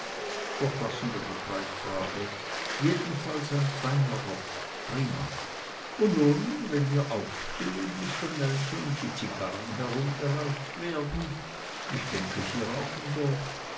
doch lassen wir die preisfrage jedenfalls ein feiner rock prima und nun wenn wir aufstehen mister nelson und die zigarren herumgereicht werden ich denke sie rauchen doch